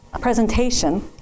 presentation